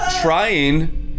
trying